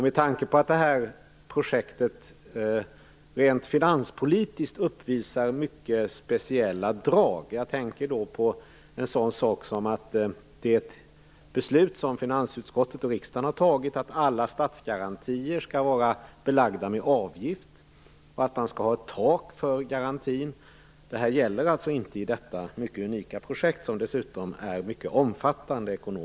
Med tanke på att detta projekt rent finanspolitiskt uppvisar mycket speciella drag - jag tänker då på det beslut som riksdagen och finansutskottet har fattat, att alla statsgarantier skall vara belagda med avgift och att det skall finnas ett tak för garantin. Det gäller inte detta mycket unika projekt som ekonomiskt sett dessutom är mycket omfattande.